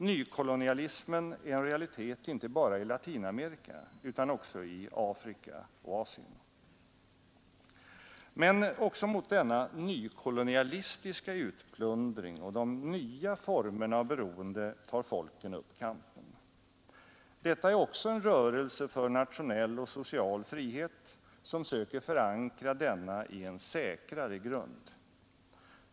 Nykolonialismen är en realitet inte bara i Latinamerika, utan också i Afrika och Asien. Men även mot denna nykolonialistiska utplundring och de nya formerna av beroende tar folken upp kampen. Detta är också en rörelse för nationell och social frihet, som söker förankra denna i en säkrare grund.